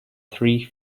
three